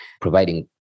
providing